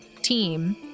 team